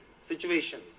situation